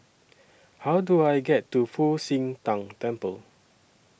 How Do I get to Fu Xi Tang Temple